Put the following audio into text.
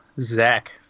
Zach